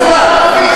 אז מה?